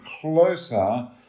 closer